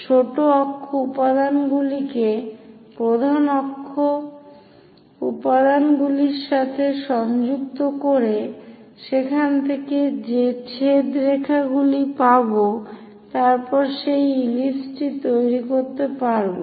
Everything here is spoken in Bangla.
ছোট অক্ষ উপাদানগুলিকে প্রধান অক্ষ উপাদানগুলির সাথে সংযুক্ত করে সেখান থেকে যে ছেদ রেখাগুলি পাব তারপর এই ইলিপসটি তৈরি করতে পারবো